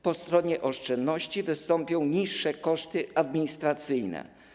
Po stronie oszczędności wystąpią niższe koszty administracyjne.